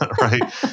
right